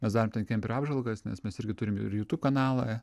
mes darom ten kelperių apžvalgas nes mes irgi turim ir jutub kanalą